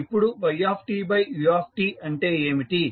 ఇప్పుడు ytut అంటే ఏమిటి